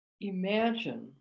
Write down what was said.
imagine